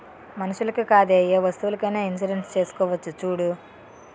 మనుషులకే కాదే ఏ వస్తువులకైన ఇన్సురెన్సు చేసుకోవచ్చును చూడూ